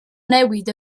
newid